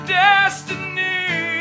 destiny